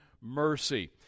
mercy